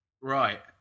right